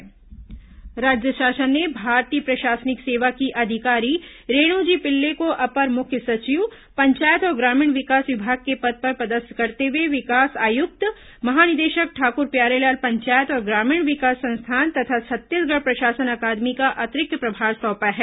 IAS प्रभार राज्य शासन ने भारतीय प्रशासनिक सेवा की अधिकारी रेणुजी पिल्ले को अपर मुख्य सचिव पंचायत और ग्रामीण विकास विभाग के पद पर पदस्थ करते हुए विकास आयुक्त महानिदेशक ठाकुर प्यारेलाल पंचायत और ग्रामीण विकास संस्थान तथा छत्तीसगढ़ प्रशासन अकादमी का अतिरिक्त प्रभार सौंपा है